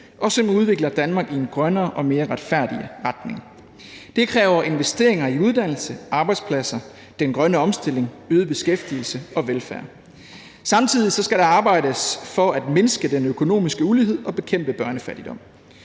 og som udvikler Danmark i en grønnere og mere retfærdig retning. Det kræver investeringer i uddannelse, arbejdspladser, den grønne omstilling, øget beskæftigelse og velfærd. Samtidig skal der arbejdes for at mindske den økonomiske ulighed og bekæmpe børnefattigdom.